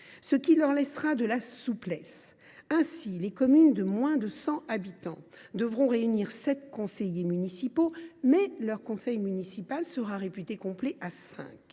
ce qui leur laissera de la souplesse. Ainsi, les communes de moins de 100 habitants devront réunir sept conseillers municipaux, mais leur conseil municipal sera « réputé complet »